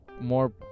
more